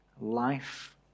life